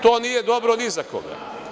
To nije dobro ni za koga.